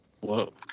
whoa